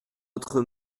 votre